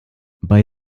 bei